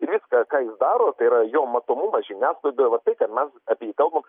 viską ką jis darotai yra jo matomumas žiniasklaidoje va tai kad mes apie jį kalbam